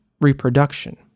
reproduction